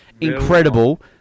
incredible